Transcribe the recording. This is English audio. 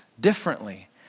differently